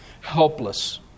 helpless